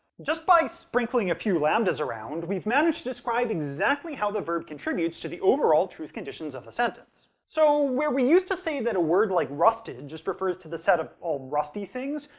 just by sprinkling a few lambdas around, we've managed to describe exactly how the verb contributes to the overall truth conditions of a sentence. so, where we used to say that a word like rusted and just refers to the set of all rusty things,